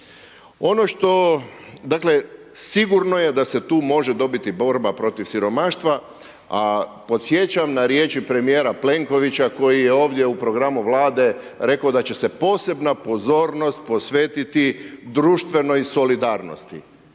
Ono što, dakle sigurno je da se tu može dobiti borba protiv siromaštva. A podsjećam na riječi premijera Plenkovića koji je ovdje u programu Vlade rekao da će se posebna pozornost posvetiti društvenoj solidarnosti.